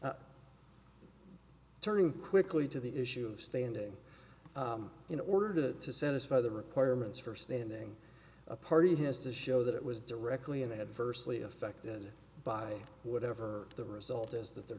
s turning quickly to the issue of standing in order to satisfy the requirements for standing a party has to show that it was directly and adversely affected by whatever the result is that they're